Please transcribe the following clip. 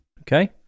Okay